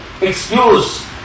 excuse